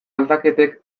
aldaketek